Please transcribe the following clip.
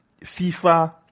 FIFA